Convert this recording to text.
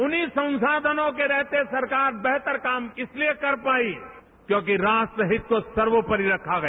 उन्हीं संसाधनों के रहते सरकार बेहतर काम इसलिए कर पाई क्योंकि राष्ट्रहित को सर्वोपरि रखा गया